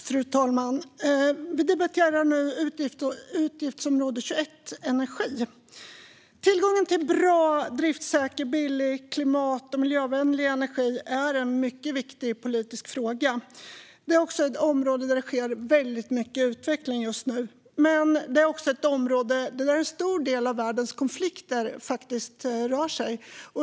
Fru talman! Vi debatterar utgiftsområde 21 Energi. Tillgången till bra, driftsäker, billig och klimat och miljövänlig energi är en viktig politisk fråga. Det är ett område där det sker mycket utveckling just nu men också ett område där en stor del av världens konflikter rör sig.